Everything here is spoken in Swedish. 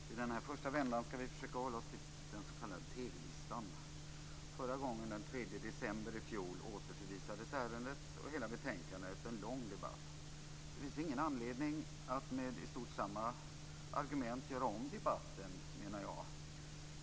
Fru talman! I den här första vändan skall vi försöka hålla oss till den s.k. TV-listan. Förra gången, den 3 december i fjol, återförvisades ärendet och hela betänkandet efter en lång debatt. Det finns ingen anledning att med i stort sett samma argument göra om debatten, menar jag.